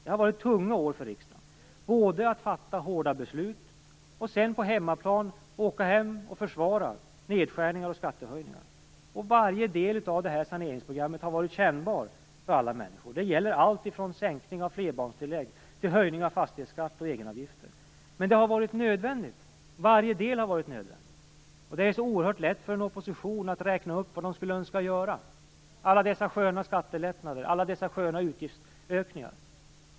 Det har varit tunga år för riksdagen, både att fatta hårda beslut och att på hemmaplan försvara nedskärningar och skattehöjningar. Varje del av detta saneringsprogram har varit kännbar för alla människor. Det gäller allt från sänkning av flerbarnstillägg till höjning av fastighetsskatt och egenavgifter. Men det har varit nödvändigt. Varje del har varit nödvändig. Det är så oerhört lätt för en opposition att räkna upp vad den skulle önska göra, alla dessa sköna skattelättnader, alla dessa sköna utgiftsökningar.